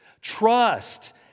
Trust